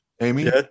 Amy